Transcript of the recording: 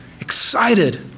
excited